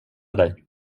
dig